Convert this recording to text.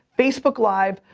facebook live,